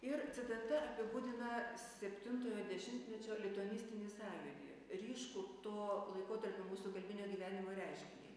ir citata apibūdina septintojo dešimtmečio lituanistinį sąjūdį ryškų to laikotarpio mūsų kalbinio gyvenimo reiškinį